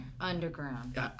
underground